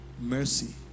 mercy